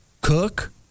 Cook